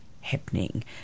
happening